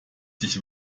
sich